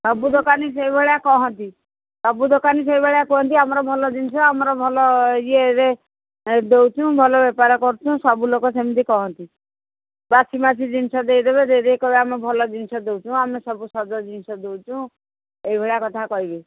ସବୁ ଦୋକାନୀ ସେଇଭଳିଆ କହନ୍ତି ସବୁ ଦୋକାନୀ ସେଇଭଳିଆ କୁହନ୍ତି ଆମର ଭଲ ଜିନିଷ ଆମର ଭଲ ଇଏରେ ଦେଉଛୁ ଭଲ ବେପାର କରୁଛୁ ସବୁ ଲୋକ ସେମିତି କହନ୍ତି ବାସି ମାସି ଜିନିଷ ଦେଇଦେଇକି କହିବେ ଆମେ ଭଲ ଜିନିଷ ଦେଉଛୁ ଆମେ ସବୁ ସଜ ଜିନିଷ ଦେଉଛୁ ଏଇଭଳିଆ କଥା କହିବେ